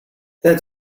that